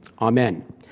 Amen